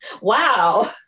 Wow